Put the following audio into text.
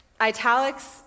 italics